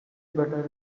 butter